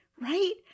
right